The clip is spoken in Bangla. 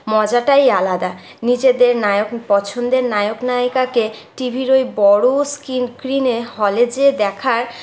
মজাটাই আলাদা নিজেদের নায়ক পছন্দের নায়ক নায়িকাকে টিভির ওই বড়ো স্কিন স্ক্রিনে হলে যেয়ে দেখার